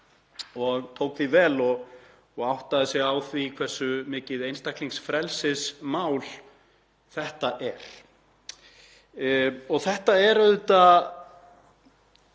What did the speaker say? máli, tók því vel og áttaði sig á því hversu mikið einstaklingsfrelsismál þetta er. Þetta er auðvitað